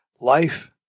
Life